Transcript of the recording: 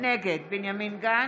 נגד בנימין גנץ,